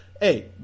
hey